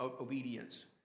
obedience